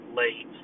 late